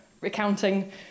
recounting